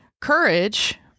Courage